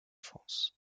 france